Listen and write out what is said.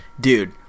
dude